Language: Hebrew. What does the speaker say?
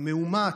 לענות.